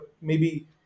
maybe-